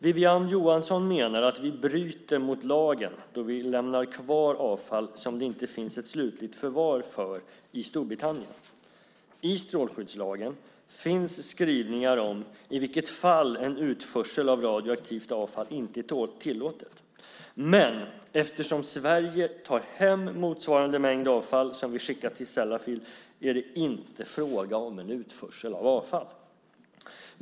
Wiwi-Anne Johansson menar att vi bryter mot lagen då vi lämnar kvar avfall som det inte finns ett slutligt förvar för i Storbritannien. I strålskyddslagen finns skrivningar om i vilka fall en utförsel av radioaktivt avfall inte är tillåten men eftersom Sverige tar hem motsvarande mängd avfall som vi skickar till Sellafield är det inte fråga om en utförsel av avfall.